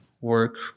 work